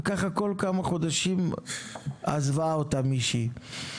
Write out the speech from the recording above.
וככה כל כמה חודשים עזבה אותה מישהי,